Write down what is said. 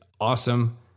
awesome